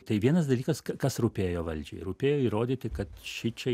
tai vienas dalykas kas rūpėjo valdžiai rūpėjo įrodyti kad šičia